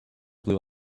blue